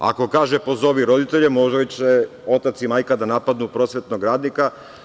Ako kaže pozovi roditelje, onda će otac i majka da napadnu prosvetnog radnika.